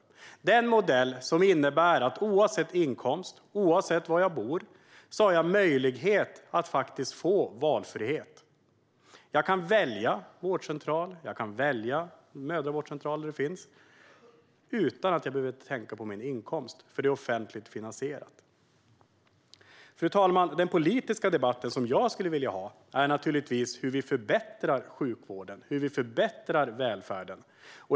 Det är den modell som innebär att jag, oavsett inkomst och oavsett var jag bor, har möjlighet att få valfrihet. Man kan välja vårdcentral och mödravårdscentral utan att man behöver tänka på sin inkomst, för detta är offentligt finansierat. Fru talman! Den politiska debatt som jag skulle vilja ha handlar naturligtvis om hur vi förbättrar sjukvården och om hur vi förbättrar välfärden.